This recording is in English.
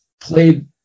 played